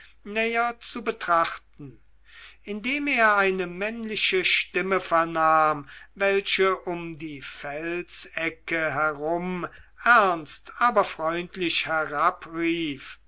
näher zu betrachten indem er eine männliche stimme vernahm welche um die felsecke herum ernst aber freundlich